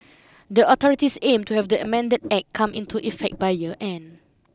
the authorities aim to have the amended act come into effect by year end